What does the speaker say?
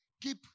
Keep